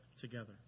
together